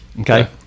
Okay